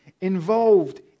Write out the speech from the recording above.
involved